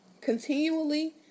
continually